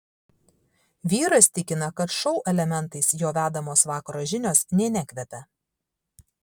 vyras tikina kad šou elementais jo vedamos vakaro žinios nė nekvepia